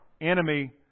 enemy